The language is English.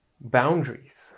boundaries